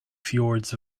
fjords